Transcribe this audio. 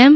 એમ